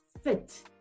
fit